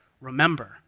remember